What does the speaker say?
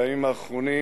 בימים האחרונים